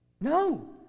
No